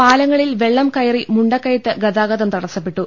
പാലങ്ങളിൽ വെള്ളം കയറി മുണ്ടക്കയത്ത് ഗതാഗതം തടസപ്പെട്ടു